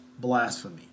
blasphemy